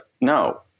no